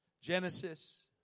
Genesis